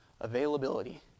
Availability